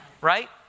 right